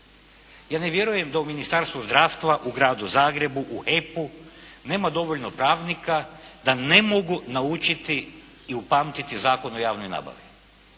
Ja ne vjerujem da u Ministarstvu zdravstva, u Gradu Zagrebu, u EP-u nema dovoljno pravnika, da ne mogu naučiti i upamtiti Zakon o javnoj nabavi,